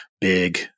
big